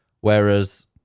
Whereas